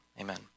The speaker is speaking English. Amen